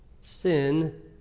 sin